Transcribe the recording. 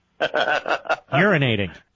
Urinating